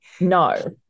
No